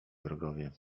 wrogowie